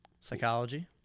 psychology